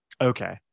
okay